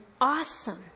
awesome